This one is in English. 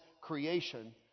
creation